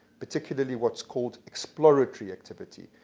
particularly what's called exploratory activity,